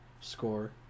score